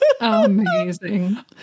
Amazing